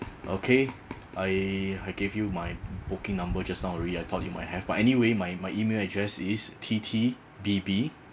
okay I I gave you my booking number just now already I thought you might have but anyway my my email address is T T B B